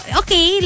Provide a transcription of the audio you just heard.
okay